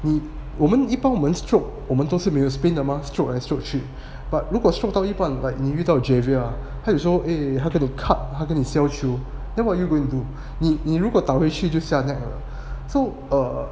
!woo! 我们一般我们 stroke 我们都是没有 spin 的吗 stroke 来 stroke 去 but 如果 stroke 到一半 like 你遇到 javier !huh! 他有时候 eh try to cut 他跟你消球 then what you're going to do 你你如果打回去就下 net 了 so err